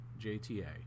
JTA